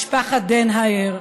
משפחת דנהייר,